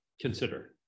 consider